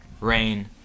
Rain